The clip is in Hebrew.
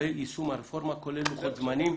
לגבי יישום הרפורמה, כולל לוחות זמנים,